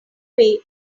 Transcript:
way